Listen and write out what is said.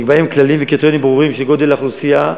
נקבעים כללים וקריטריונים ברורים של גודל האוכלוסייה.